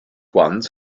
ones